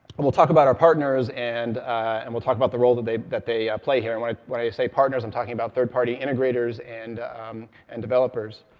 and we'll talk about our partners and and we'll talk about the role that they that they play here. and when when i say partners, i'm talking about third party integrators and and developers.